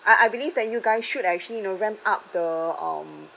I I believe that you guys should actually you know ramp up the um